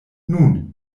nun